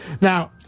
Now